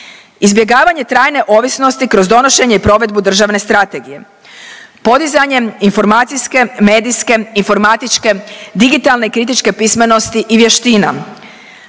izbjegavanje trajne ovisnosti kroz donošenje i provedbu državne strategije, podizanje informacijske, medijske, informatičke, digitalne kritičke pismenosti i vještina,